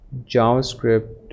JavaScript